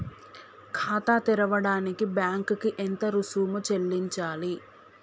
ఖాతా తెరవడానికి బ్యాంక్ కి ఎంత రుసుము చెల్లించాలి?